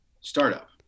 startup